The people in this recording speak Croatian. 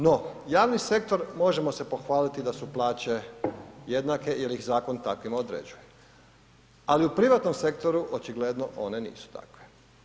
No, javni sektor, možemo se pohvaliti da su plaće jednake jer ih zakon takvima određuje ali u privatnom sektoru očigledno one nisu takve.